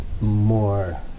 more